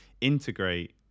integrate